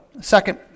Second